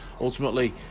ultimately